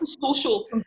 social